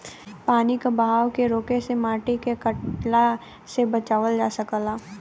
पानी के बहाव क रोके से माटी के कटला से बचावल जा सकल जाला